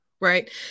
right